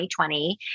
2020